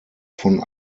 von